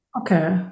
Okay